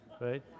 right